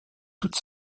toute